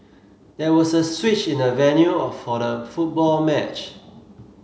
there was a switch in the venue for the football match